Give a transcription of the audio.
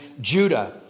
Judah